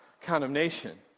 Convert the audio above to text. condemnation